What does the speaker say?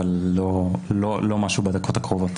אבל לא משהו בדקות הקרובות.